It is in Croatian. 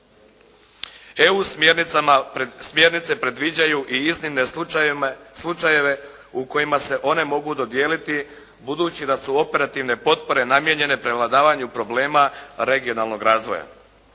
EU smjernice predviđaju i iznimne slučajeve u kojima se one mogu dodijeliti budući da su operativne potpore namijenjene prevladavanju problema regionalnog razvoja.